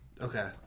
Okay